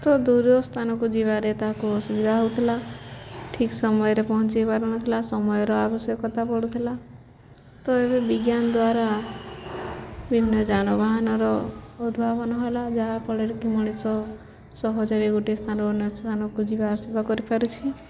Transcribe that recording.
ତ ଦୂର ସ୍ଥାନକୁ ଯିବାରେ ତାହାକୁ ଅସୁବିଧା ହଉଥିଲା ଠିକ୍ ସମୟରେ ପହଞ୍ଚେଇ ପାରୁନଥିଲା ସମୟର ଆବଶ୍ୟକତା ପଡ଼ୁଥିଲା ତ ଏବେ ବିଜ୍ଞାନ ଦ୍ୱାରା ବିଭିନ୍ନ ଯାନବାହାନର ଉଦ୍ଭାବନ ହେଲା ଯାହାଫଳରେ କି ମଣିଷ ସହଜରେ ଗୋଟେ ସ୍ଥାନ ଅନ୍ୟ ସ୍ଥାନକୁ ଯିବା ଆସିବା କରିପାରୁଛି